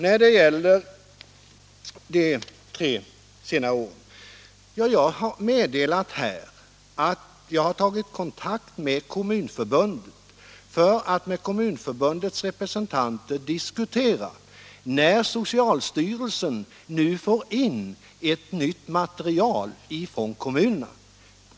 När det gäller de tre senare åren har jag meddelat här att jag har tagit kontakt med Kommunförbundet för att med dess representanter diskutera när socialstyrelsen får in ett nytt material från kommunerna.